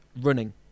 running